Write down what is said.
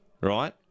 right